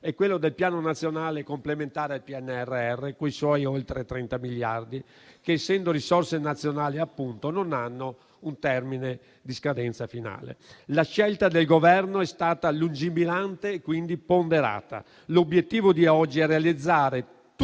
quello del Piano nazionale complementare al PNRR, con i suoi oltre 30 miliardi che, essendo risorse nazionali, non hanno un termine di scadenza finale. La scelta del Governo è stata lungimirante e quindi ponderata. L'obiettivo di oggi è realizzare tutti